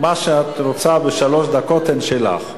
מה שאת רוצה, שלוש דקות שלך.